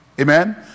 Amen